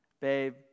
babe